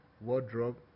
wardrobe